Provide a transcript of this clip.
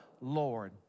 Lord